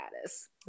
status